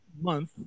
month